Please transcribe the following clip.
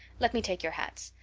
let me take your hats.